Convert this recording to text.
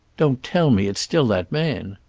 don't tell me it's still that man!